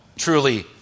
Truly